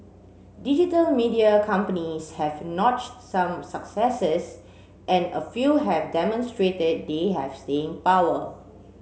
digital media companies have notched some successes and a few have demonstrated they have staying power